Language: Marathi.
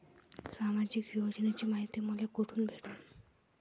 सामाजिक योजनेची मायती मले कोठून भेटनं?